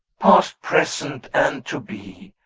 past, present, and to be,